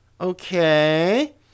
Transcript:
okay